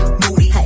moody